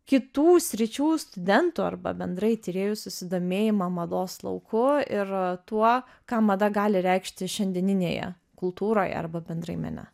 kitų sričių studentų arba bendrai tyrėjų susidomėjimą mados lauku ir tuo ką mada gali reikšti šiandieninėje kultūroje arba bendrai mene